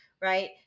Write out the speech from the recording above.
right